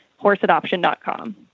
horseadoption.com